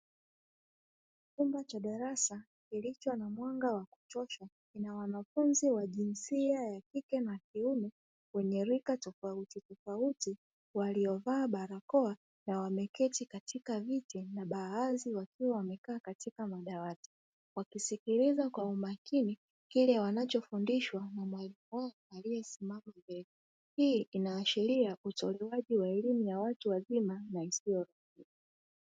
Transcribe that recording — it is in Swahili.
Chumba cha darasa kilicho na mwanga wa kutosha, kina wanafunzi wa jinsia ya kike na kiume wenye rika tofautitofauti; waliovaa barakoa na wameketi katika viti na baadhi wakiwa wamekaa katika madawati; wakisikiliza kwa umakini kile wanachofundishwa na mwalimu wao aliyesimama mbele. Hii inaashiria utolewaji wa elimu ya watu wazima na isiyo rasmi.